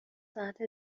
ساعت